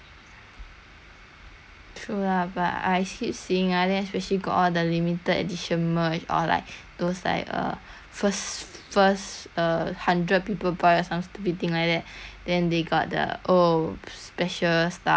true lah but I keep seeing ah then especially got all the limited edition merch or like those like err first first err hundred people buy or some stupid thing like that then they got the oh special stuff !wah! then I also want sia